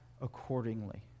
accordingly